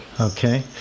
Okay